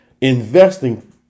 investing